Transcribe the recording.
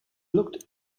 looked